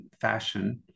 fashion